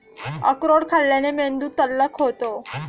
अक्रोड खाल्ल्याने मेंदू तल्लख होतो